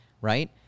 right